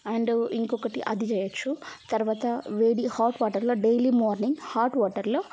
and ఇంకొకటి అది చెయ్యచ్చు తర్వాత వేడి హాట్ వాటర్లో డైలీ మార్నింగ్ హాట్ వాటర్లో